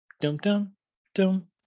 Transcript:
dum-dum-dum